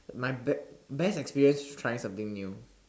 my best best experience trying something new